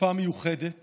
בתקופה מיוחדת